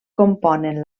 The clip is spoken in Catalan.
componen